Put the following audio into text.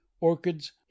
orchids